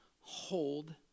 hold